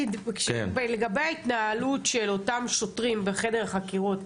לגבי ההתנהלות של אותם שוטרים בחדר החקירות,